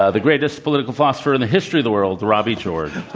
ah the greatest political philosopher in the history of the world, robby george.